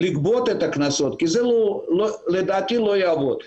לגבות את הקנסות כי זה לדעתי לא יעבוד.